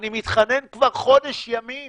אני מתחנן כבר חודש ימים